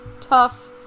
tough